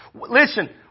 Listen